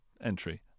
entry